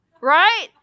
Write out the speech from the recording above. Right